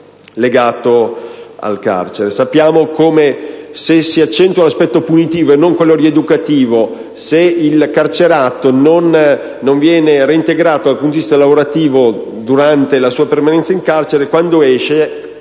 legato al carcere. Sappiamo che, se si accentua l'aspetto punitivo e non quello rieducativo, se il detenuto non viene reintegrato dal punto di vista lavorativo durante la sua permanenza in carcere, quando uscirà